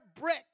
brick